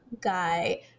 guy